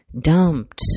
dumped